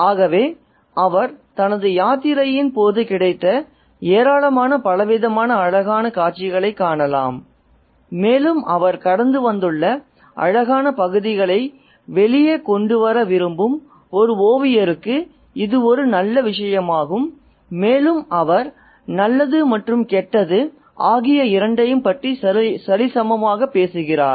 ஆகவே அவர் தனது யாத்திரையின் போது கிடைத்த ஏராளமான பலவிதமான அழகான காட்சிகளைக் காணலாம் மேலும் அவர் கடந்து வந்துள்ள அழகான பகுதிகளை வெளியே கொண்டு வர விரும்பும் ஒரு ஓவியருக்கு இது ஒரு நல்ல விஷயமாகும் மேலும் அவர் நல்லது மற்றும் கெட்டது ஆகிய இரண்டையும் பற்றி சரி சமமாகப் பேசுகிறார்